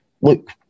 look